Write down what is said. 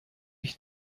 ich